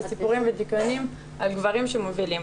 סיפורים ודיוקנים על גברים שמובילים.